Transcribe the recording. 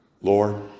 Lord